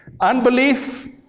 unbelief